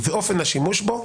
ואופן השימוש בו,